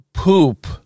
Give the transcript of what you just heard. Poop